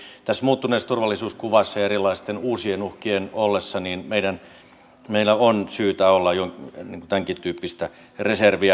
mutta tässä muuttuneessa turvallisuuskuvassa ja erilaisten uusien uhkien ollessa meillä on syytä olla jo tämänkin tyyppistä reserviä